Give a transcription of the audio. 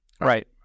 Right